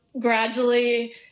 gradually